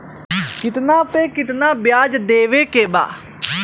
कितना पे कितना व्याज देवे के बा?